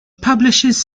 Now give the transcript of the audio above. publishes